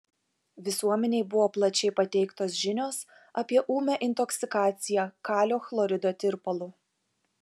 visuomenei buvo plačiai pateiktos žinios apie ūmią intoksikaciją kalio chlorido tirpalu